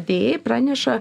dei praneša